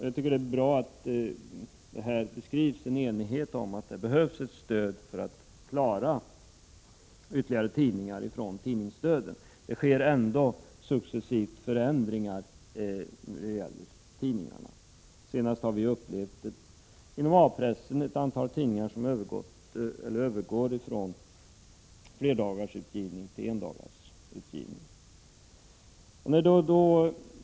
Jag tycker att det är bra att det här föreligger enighet om att det behövs ett stöd för att klara ytterligare tidningar från tidningsdöden. Det sker ändå successivt förändringar när det gäller tidningarna. Senast har vi upplevt att inom A-pressen ett antal tidningar övergår från flerdagarsutgivning till endagsutgivning.